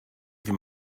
wie